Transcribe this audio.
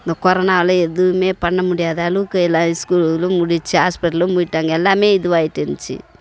இந்த கொரோனாவில் எதுவும் பண்ணமுடியாத அளவுக்கு எல்லாம் ஸ்கூலும் மூடிடுச்சி ஹாஸ்பிட்டலும் மூடிட்டாங்க எல்லாமே இதுவாகிட்டுருந்திச்சி